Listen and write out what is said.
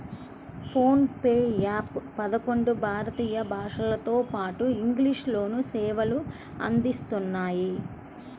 phone pay app పదకొండు భారతీయ భాషలతోపాటు ఇంగ్లీష్ లోనూ సేవలు అందిస్తున్నాయి